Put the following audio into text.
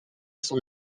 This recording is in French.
son